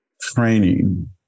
training